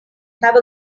have